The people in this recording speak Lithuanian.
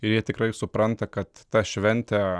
ir jie tikrai supranta kad tą šventę